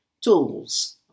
Tools